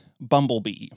Bumblebee